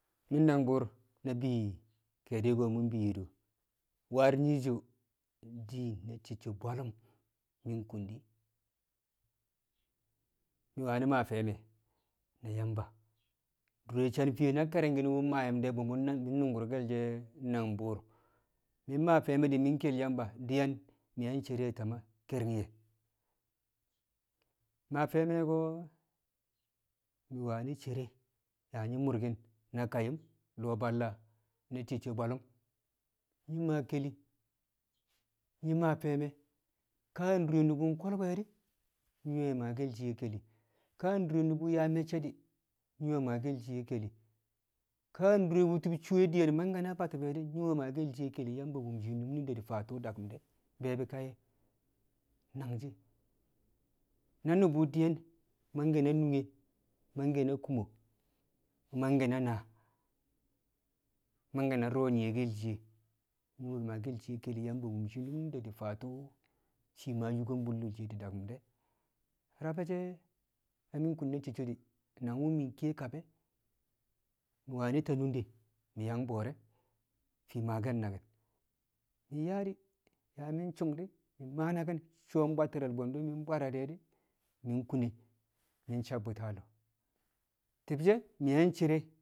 Mi̱ nangbu̱u̱r na bi ke̱e̱di̱ mu̱ bi yo̱ do̱, war nyiiso di̱ na cicco bwalu̱m nyi̱ kung di̱ nyi̱ wani maa fe̱e̱me̱ na Yamba dure san fiye̱ na ke̱ri̱ng mu maa yum de̱ bu nu̱ngku̱rke̱l nangbu̱u̱r mi̱ maa fe̱e̱me̱ mi̱ ke̱l Yamba diyen mi̱ yang cere a tame̱ ke̱ri̱ng ye̱ maa fe̱e̱me̱ ko̱ mi̱ we̱ cere yaa nyi̱ murkin na kayu̱m lo̱o̱ balla na cicco bwallu̱m, nyi̱ maa ke̱li̱ nyi̱ maa fe̱e̱me̱ ka dure nu̱bu̱ ko̱lbe̱ di̱ nyi̱ maake̱l ke̱li̱ ka dure nu̱bu̱ yaa me̱cce̱ di̱ nyi̱ maake̱l shiye̱ ke̱li̱, ka dure wu̱tu̱b cuwe diyen mangke̱ na batub di̱, nyi we̱ maake̱l shiye̱ ke̱li̱ Yamba wum nunde̱ di̱ faa tu̱u̱ dagme̱ de̱ be̱e̱bi̱ kayye̱ nangshi̱ na nu̱bu̱ diyen mangke̱ na nunge mangke̱ na kumo mangke̱ na naa, mangke̱ na du̱ro̱ nyi̱ye̱ke̱l shiye̱, nyi̱ we̱ maake̱l ke̱li̱ di̱ Yamba di̱ wum shiinum nunde̱ di̱ tu̱u̱ shii yo̱ku̱m bu̱lle̱ shiye di̱ daku̱m de̱ rabe̱ she̱ na kung na cicco di̱ nangwu̱ mi̱ kiye kab e̱ mi̱ wani̱ ta nunde mi̱ yang bo̱o̱re̱ fii maake̱l naki̱n, mi̱ yaa di̱ yaa mi̱ sung di̱ mi̱ maa naki̱n soom bwatti̱re̱ bwe̱ndu̱ mi̱ bwaara de̱ di̱ mi̱ kune mi̱ sabbu̱ti̱ a lo̱o̱ ti̱bshe̱ mi̱ yang cere,